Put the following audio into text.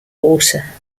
water